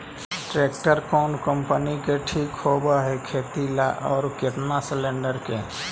Tractor कोन company के ठीक होब है खेती ल औ केतना सलेणडर के?